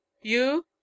You